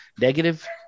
negative